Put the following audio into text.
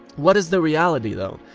what is the reality though?